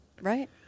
Right